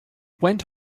went